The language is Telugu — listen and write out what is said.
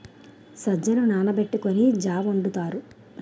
సజ్జలు నానబెట్టుకొని జా వొండుతారు